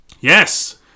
Yes